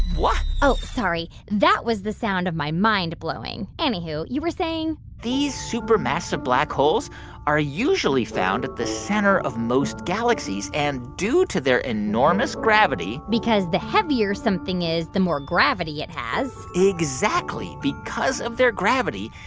oh, sorry. that was the sound of my mind blowing. anywho, you were saying? these supermassive black holes are usually found at the center of most galaxies. and due to their enormous gravity. because the heavier something is, the more gravity it has exactly. because of their gravity,